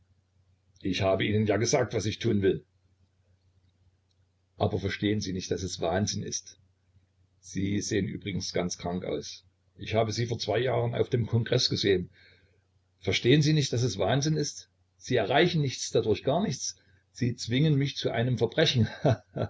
ich habe ihnen ja gesagt was ich tun will aber verstehen sie nicht daß es wahnsinn ist sie sehen übrigens ganz krank aus ich habe sie vor zwei jahren auf dem kongreß gesehen verstehen sie nicht daß es wahnsinn ist sie erreichen nichts dadurch gar nichts sie zwingen mich zu einem verbrechen